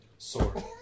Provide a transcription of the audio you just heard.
Sword